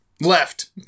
Left